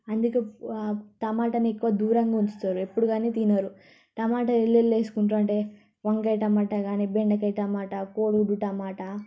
అందుకు టమాటాని ఎక్కువ దూరంగా ఉంచుతారు ఎప్పుడు గానీ తినరు టమాటా వెల్లెళ్ళులేసుకుంటారంటే వంకాయ టమాట గానీ బెండకాయ టమాటా కోడి గుడ్డు టమాటా